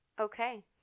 Okay